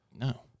no